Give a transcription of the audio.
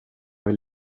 vill